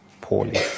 poorly